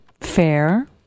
Fair